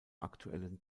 aktuellen